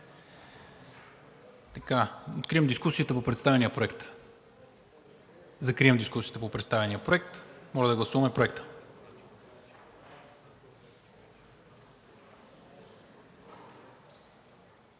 Откривам дискусията по представения проект. Закривам дискусията по представения проект. Моля да гласуваме Проекта.